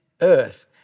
earth